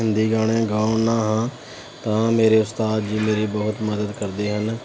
ਹਿੰਦੀ ਗਾਣੇ ਗਾਉਂਦਾ ਹਾਂ ਤਾਂ ਮੇਰੇ ਉਸਤਾਦ ਜੀ ਮੇਰੀ ਬਹੁਤ ਮਦਦ ਕਰਦੇ ਹਨ